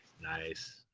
nice